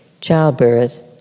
childbirth